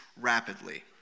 rapidly